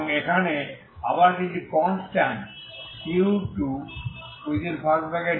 এবং এখানে আবার কিছু কনস্ট্যান্ট u200